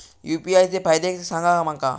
UPI चे फायदे सांगा माका?